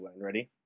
Ready